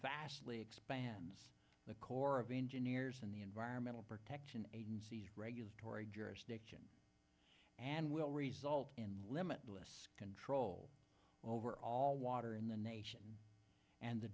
vastly expanded the corps of engineers and the environmental protection agency's regulatory jurisdiction and will result in limitless control over all water in the nation and the